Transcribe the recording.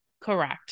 Correct